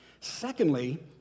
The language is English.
Secondly